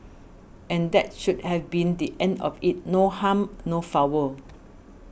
and that should have been the end of it no harm no foul